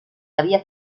había